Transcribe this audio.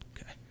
okay